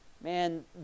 man